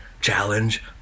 challenge